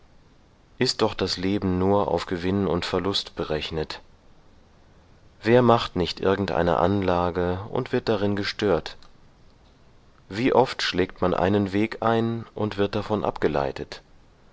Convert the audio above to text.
ist doch das leben nur auf gewinn und verlust berechnet wer macht nicht irgendeine anlage und wird darin gestört wie oft schlägt man einen weg ein und wird davon abgeleitet